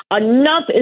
Enough